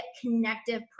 connective